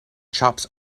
chops